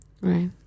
Right